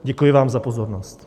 Děkuji vám za pozornost.